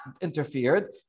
interfered